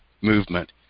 movement